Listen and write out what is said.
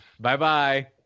Bye-bye